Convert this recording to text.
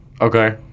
Okay